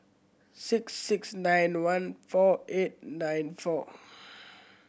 six six nine one four eight nine four